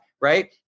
right